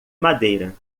madeira